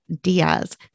Diaz